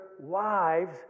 wives